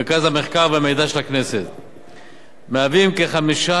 והם כ-5.4% מכלל השכירים במשק.